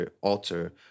alter